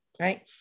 Right